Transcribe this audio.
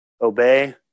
obey